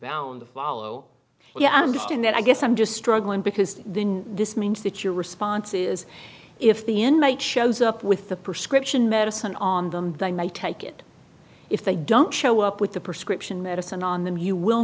bound to follow you i'm just in that i guess i'm just struggling because then this means that your response is if the end might shows up with the prescription medicine on them they may take it if they don't show up with the prescription medicine on them you will